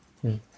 hmm